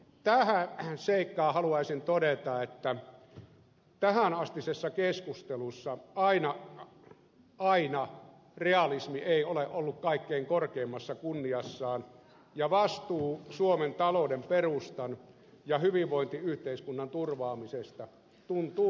tähän seikkaan haluaisin todeta että tähänastisessa keskustelussa realismi ei aina ole ollut kaikkein korkeimmassa kunniassaan ja vastuu suomen talouden perustan ja hyvinvointiyhteiskunnan turvaamisesta tuntuu valitettavasti monesti jääneen taka alalle